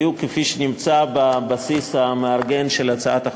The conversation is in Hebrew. בדיוק כפי שנמצא בבסיס המארגן של הצעת החוק.